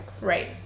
Right